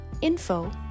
info